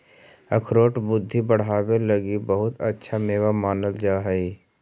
अखरोट बुद्धि बढ़ावे लगी बहुत अच्छा मेवा मानल जा हई